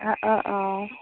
অঁ অঁ অঁ